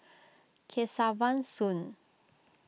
Kesavan Soon